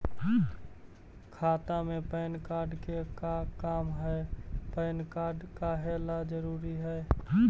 खाता में PAN card के का काम है पैन कार्ड काहे ला जरूरी है?